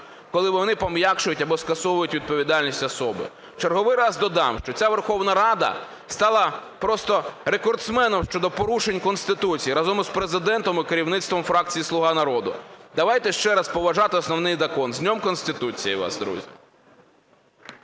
коли вони пом'якшують або скасовують відповідальність особи. В черговий раз додам, що ця Верховна Рада стала просто рекордсменом щодо порушень Конституції, разом із Президентом і керівництвом фракції "Слуга народу". Давайте ще раз, поважати Основний Закон. З Днем Конституції вас, друзі!